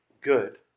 good